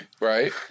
Right